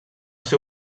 ser